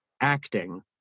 acting